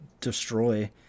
destroy